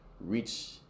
reach